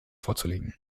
vorzulegen